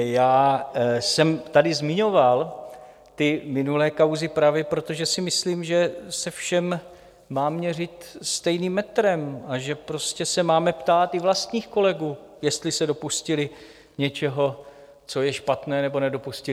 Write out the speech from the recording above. Já jsem tady zmiňoval minulé kauzy právě proto, že si myslím, že se všem má měřit stejným metrem a že se prostě máme ptát i vlastních kolegů, jestli se dopustili něčeho, co je špatné, nebo nedopustili.